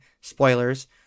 spoilers